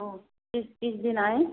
तो किस किस दिन आएँ